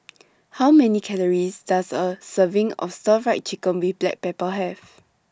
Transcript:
How Many Calories Does A Serving of Stir Fry Chicken with Black Pepper Have